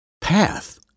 path